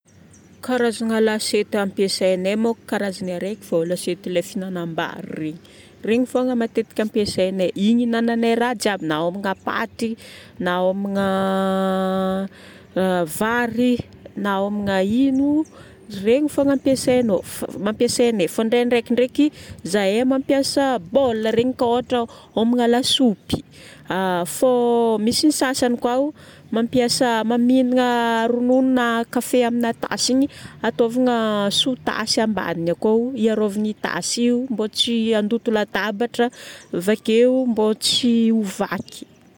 Karazagna lasiety ampiasaignay moko karazagny araiky fogna. Lasiety le fihinagnam-bary regny. Regny fogna matetika ampiasaignay. Igny inagnanay raha jiaby na homagna paty, na homagna vary na homagna ino. Regny fogna ampiasainô, ampiasainay. Fa ndraindraiky ndraiky zahay mampiasa bol regny ka ôhatra mihinagna lasopy fô misy ny sasany koao mampiasa, mamidina ronono na kafe amina tasy igny, atôvigna sous tasseambaniny akao, hiarovagna io tasy io mbô tsy handoto latabatra, vake mbô tsy ho vaky.